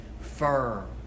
firm